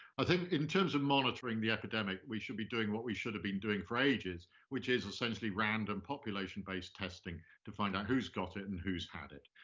i think in terms of monitoring the epidemic, we should be doing what we should have been doing for ages, which is essentially random population-based testing to find out who's got it and who's had it.